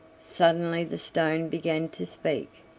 suddenly the stone began to speak,